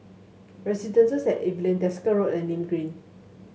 residences at Evelyn Desker Road and Nim Green